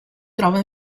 trova